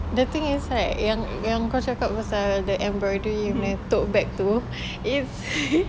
the thing is right yang yang kau cakap pasal the embroidery punya tote bag tu it's